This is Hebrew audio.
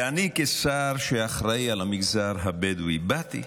ואני כשר שאחראי על המגזר הבדואי באתי,